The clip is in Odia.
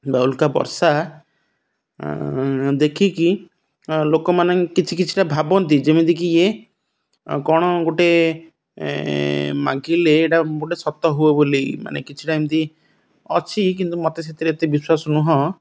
ବା ଉଲ୍କା ବର୍ଷା ଦେଖିକି ଲୋକମାନେ କିଛି କିଛିଟା ଭାବନ୍ତି ଯେମିତିକି କ'ଣ ଗୋଟେ ମାଗିଲେ ଏଇଟା ଗୋଟେ ସତ ହୁଅ ବୋଲି ମାନେ କିଛିଟା ଏମିତି ଅଛି କିନ୍ତୁ ମୋତେ ସେଥିରେ ଏତେ ବିଶ୍ୱସ ନୁହଁ